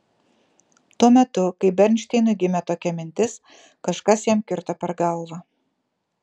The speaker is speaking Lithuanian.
tuo metu kai bernšteinui gimė tokia mintis kažkas jam kirto per galvą